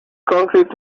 concrete